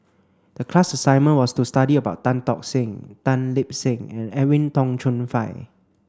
the class assignment was to study about Tan Tock Seng Tan Lip Seng and Edwin Tong Chun Fai